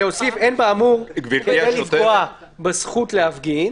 להוסיף: אין באמור כדי לפגוע בזכות להפגין,